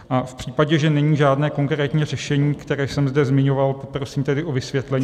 A v případě, že není žádné konkrétní řešení, které jsem zde zmiňoval, poprosím tedy o vysvětlení.